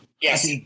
yes